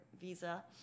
visa